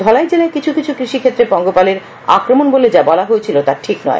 ধলাই জেলায় কিছু কিছু কৃষিক্ষেত্রে পঙ্গপালের আক্রমণ বলে যা বলা হয়েছিল তা ঠিক নয়